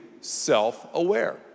self-aware